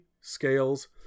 scales